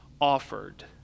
offered